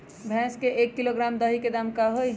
भैस के एक किलोग्राम दही के दाम का होई?